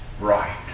right